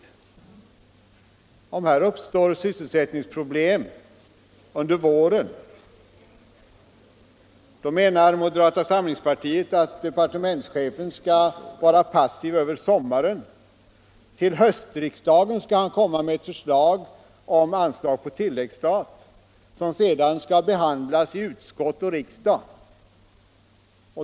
Om det under våren uppstår sysselsättningsproblem menar alltså moderata samlingspartiet att departementschefen skall vara passiv över sommaren. Till höstriksdagen skall han komma med ett förslag om anslag på tilläggsstat, och detta skall sedan behandlas i utskott och riksdag.